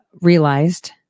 realized